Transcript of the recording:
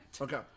Okay